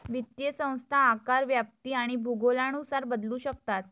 वित्तीय संस्था आकार, व्याप्ती आणि भूगोलानुसार बदलू शकतात